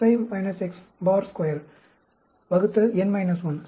X i X bar square வகுத்தல் n 1